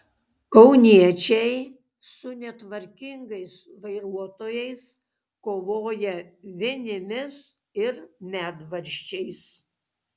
kauniečiai su netvarkingais vairuotojais kovoja vinimis ir medvaržčiais